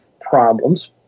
problems